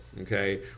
okay